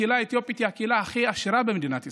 הקהילה האתיופית היא הקהילה הכי עשירה במדינת ישראל,